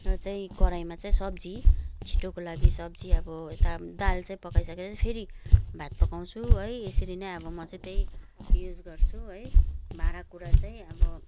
र चाहिँ कराहीमा चाहिँ सब्जी छिटोको लागि सब्जी अब यता दाल चाहिँ पकाइसकेर चाहिँ फेरि भात पकाउँछु है यसरी नै अब म चाहिँ त्यही युज गर्छु है भाँडाकुँडा चाहिँ अब